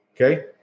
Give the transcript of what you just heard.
Okay